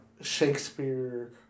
Shakespeare